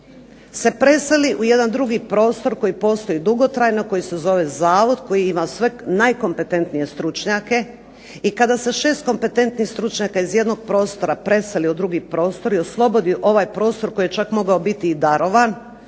se preseli u jedan drugi prostor koji postoji dugotrajno, koji se zove zavod, koji ima sve najkompetentnije stručnjake i kada se 6 kompetentnih stručnjaka iz jednog prostora preseli u drugi prostor i oslobodi ovaj prostor koji je čak mogao biti i darovan,